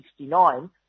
1969